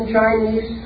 Chinese